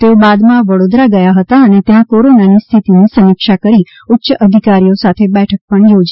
તેઓ બાદમાં વડોદરા ગયા હતા અને ત્યાં કોરોનાની સ્થિતિની સમીક્ષા કરી ઉચ્ય અધિકારીઓ સાથે બેઠક પણ યોજી હતી